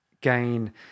gain